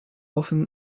often